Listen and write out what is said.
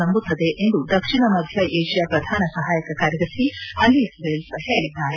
ನಂಬುತ್ತದೆ ಎಂದು ದಕ್ಷಿಣ ಮಧ್ಯ ವಿಷ್ಣಾ ಪ್ರಧಾನ ಸಹಾಯಕ ಕಾರ್ಯದರ್ಶಿ ಅಲೀಸ್ ವೆಲ್ಸ್ ಹೇಳಿದ್ದಾರೆ